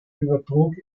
übertrug